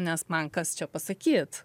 nes man kas čia pasakyt